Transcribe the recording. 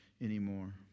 anymore